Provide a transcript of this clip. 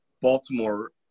Baltimore